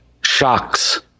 shocks